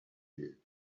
you